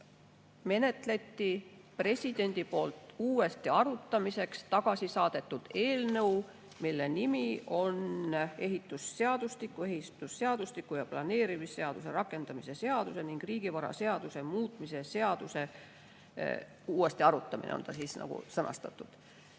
menetleti presidendi poolt uuesti arutamiseks tagasi saadetud eelnõu, mille pealkiri on ehitusseadustiku, ehitusseadustiku ja planeerimisseaduse rakendamise seaduse ning riigivaraseaduse muutmise seaduse uuesti arutamine – nii on see sõnastatud.